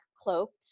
cloaked